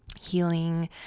healing